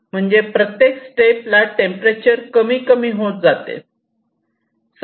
म्हणजेच प्रत्येक स्टेपला टेंपरेचर कमी कमी होत जाते